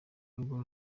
urugo